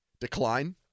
decline